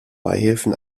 beihilfen